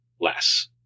less